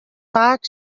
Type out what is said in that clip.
faak